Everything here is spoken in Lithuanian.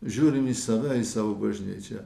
žiūrim į save į savo bažnyčią